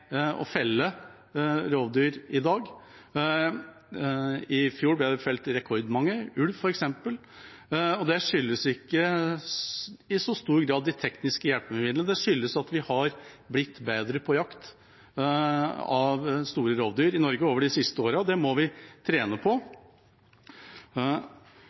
å felle rovdyr i dag – i fjor ble det felt rekordmange ulv, f.eks. – skyldes ikke i så stor grad de tekniske hjelpemidlene, det skyldes at vi har blitt bedre til å jakte på store rovdyr i Norge de siste årene, det må vi trene på.